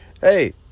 Hey